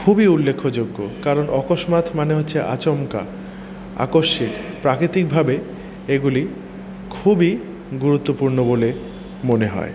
খুবই উল্লেখযোগ্য কারণ অকস্মাৎ মানে হচ্ছে আচমকা আকস্মিক প্রাকৃতিকভাবে এইগুলি খুবই গুরুত্বপূর্ণ বলে মনে হয়